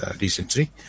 recently